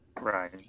right